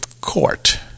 Court